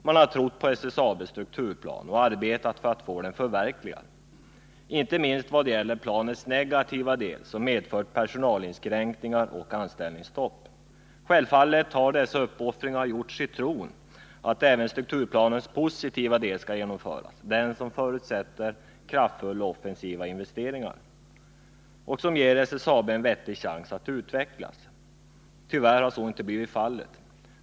De har trott på SSAB:s strukturplan och arbetat för att förverkliga den, inte minst i vad gäller planens negativa del, som medfört personalinskränkningar och anställningsstopp. Självfallet har dessa uppoffringar gjorts i tron att även strukturplanens positiva del skulle genomföras, den som förutsätter kraftfulla offensiva investeringar och som ger SSAB en vettig chans att utvecklas. Tyvärr har så inte blivit fallet.